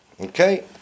Okay